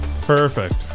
Perfect